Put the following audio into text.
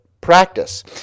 practice